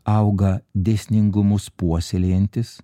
auga dėsningumus puoselėjantis